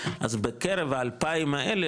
אז בקרב ה-2,000 האלה,